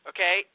Okay